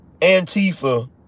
Antifa